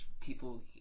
people